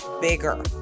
bigger